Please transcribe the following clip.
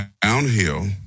downhill